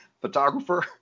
photographer